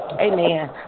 Amen